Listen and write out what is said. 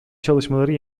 çalışmaları